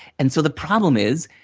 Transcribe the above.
and so, the problem is,